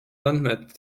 andmed